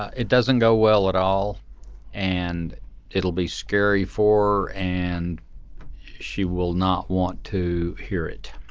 it doesn't go well at all and it'll be scary for and she will not want to hear it